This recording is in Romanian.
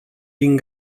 din